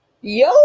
Yo